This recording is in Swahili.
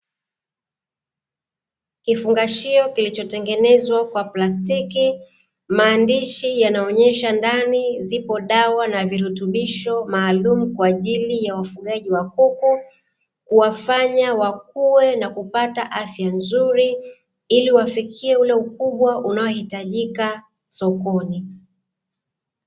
Kifungashio kilicho tengenezwa kwa plastiki maandishi yanaonesha ndani zipo dawa na virutubisho maalumu kwa ajili ya wafugaji wa kuku, kuwafanya wakuwe na kupata afya nzuri ili wafikie ule ukubwa unaohitajika sokoni.